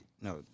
No